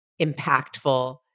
impactful